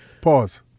Pause